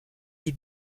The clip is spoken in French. des